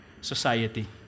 society